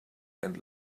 and